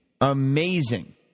amazing